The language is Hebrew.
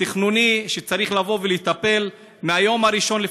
התכנוני שצריך לבוא ולטפל מהיום הראשון של הקדנציה הזאת,